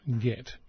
get